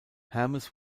hermes